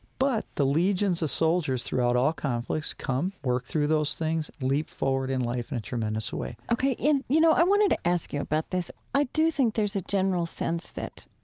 but the legions of soldiers throughout all conflicts come, work through those things, leap forward in life in a tremendous way ok. and, you know, i wanted to ask you about this. i do think there's a general sense that,